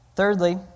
Thirdly